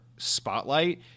spotlight